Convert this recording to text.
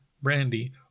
brandy